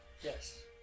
Yes